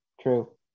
True